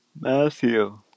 Matthew